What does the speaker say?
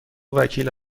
وکیل